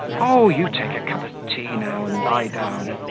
oh, you take a cup of tea now and lie down.